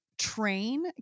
Train